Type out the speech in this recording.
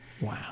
wow